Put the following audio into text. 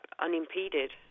unimpeded